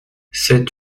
sept